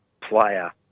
player